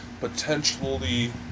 potentially